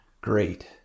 great